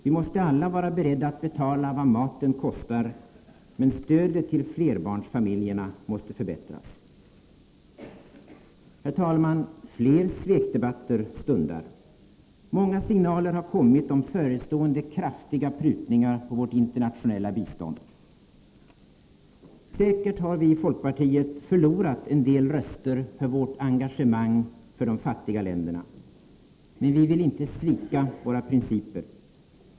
Vi måste alla vara beredda att betala vad maten kostar, men stödet till flerbarnsfamiljerna måste förbättras. Herr talman! Fler svekdebatter stundar. Många signaler har kommit om förestående kraftiga prutningar på vårt internationella bistånd. Säkert har vi i folkpartiet förlorat en del röster på grund av vårt engagemang för de fattiga länderna. Men vi vill inte svika våra principer.